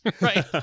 Right